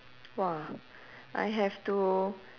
!wah! I have to